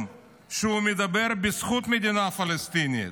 שבו הוא מדבר בזכות מדינה פלסטינית.